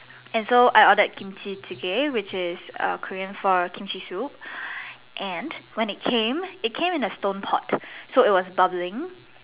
and so I ordered Kimchi chicken which is Korean for Kimchi soup and when it came it came in a stone pot so it was bubbling